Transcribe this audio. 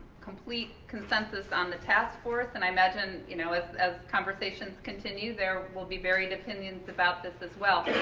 complete consensus, on the task force and i imagine you know as as conversations continue there will be varied opinions about this as well,